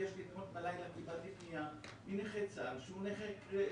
קיבלתי פנייה מנכה צה"ל, שהוא נכה רגליים,